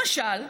למשל,